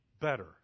better